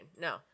No